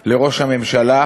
לראש הממשלה